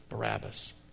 Barabbas